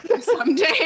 someday